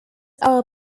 are